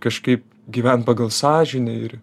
kažkaip gyvent pagal sąžinę ir